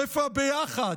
איפה הביחד?